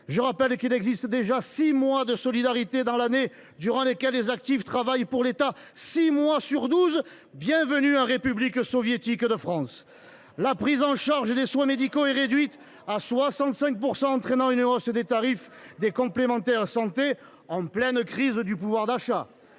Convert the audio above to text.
Je rappelle qu’il existe déjà six mois de solidarité dans l’année. Chaque année, les actifs travaillent pour l’État six mois sur douze. Bienvenue dans la République soviétique de France ! Reprenez votre souffle ! La prise en charge des soins médicaux est réduite à 65 %, entraînant une hausse des tarifs des complémentaires santé, en pleine crise du pouvoir d’achat.